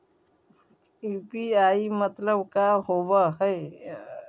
UPI मतलब का होब हइ?